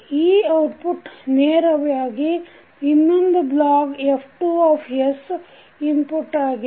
ಈ ಔಟ್ಪುಟ್ ನೇರವಾಗಿ ಇನ್ನೊಂದು ಬ್ಲಾಗ್ F2 ಇನ್ಪುಟ್ ಆಗಿದೆ